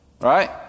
Right